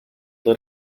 lit